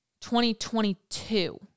2022